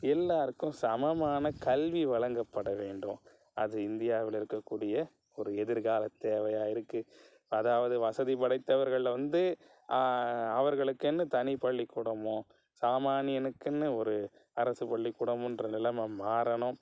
எல்லோருக்கும் சமமான கல்வி வழங்கப்பட வேண்டும் அது இந்தியாவில் இருக்கக்கூடிய ஒரு எதிர்கால தேவையாக இருக்குது அதாவது வசதி படைத்தவர்கள் வந்து அவர்களுக்குனு தனிப் பள்ளிக்கூடமோ சாமானியனுக்குனு ஒரு அரசு பள்ளிக்கூடமுன்ற நிலமை மாறணும்